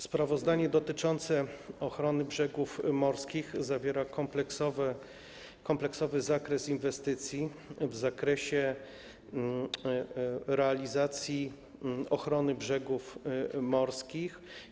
Sprawozdanie dotyczące ochrony brzegów morskich zawiera kompleksowy zakres inwestycji w zakresie realizacji ochrony brzegów morskich.